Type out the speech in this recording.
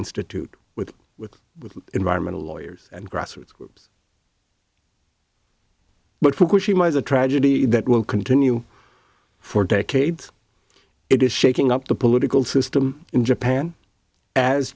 institute with with with environmental lawyers and grassroots groups but fukushima is a tragedy that will continue for decades it is shaking up the political system in japan as